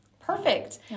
perfect